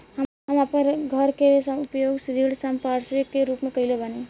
हम आपन घर के उपयोग ऋण संपार्श्विक के रूप में कइले बानी